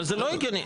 אבל זה לא הגיוני.